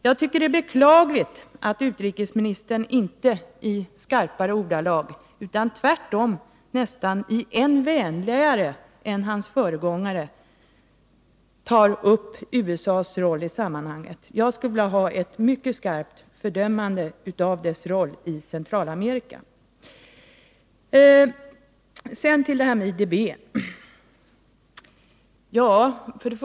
Jag tycker att det är beklagligt att utrikesministern inte i skarpare ordalag utan tvärtom nästan än vänligare än hans föregångare fördömer USA:s roll i sammanhanget. Jag skulle vilja ha ett mycket skarpt fördömande av USA:s roll i Centralamerika. Sedan vill jag ta upp frågan om IDB.